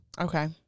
Okay